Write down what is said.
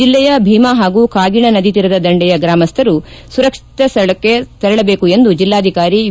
ಜಿಲ್ಲೆಯ ಭೀಮಾ ಪಾಗೂ ಕಾಗಿಣಾ ನದಿ ತೀರದ ದಂಡೆಯ ಗ್ರಾಮಸ್ವರು ಸುರಕ್ಷಿತ ಸ್ವಳಕ್ಷೆ ತೆರಳಬೇಕು ಎಂದು ಜಿಲ್ಲಾಧಿಕಾರಿ ವಿ